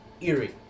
eerie